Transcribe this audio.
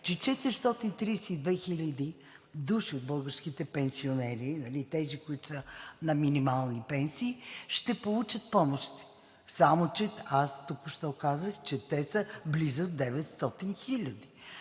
че 432 хил. души от българските пенсионери – тези, които са на минимални пенсии, ще получат помощи. Само че аз току-що казах, че те са близо 900